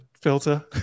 filter